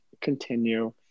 continue